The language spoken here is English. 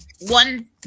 one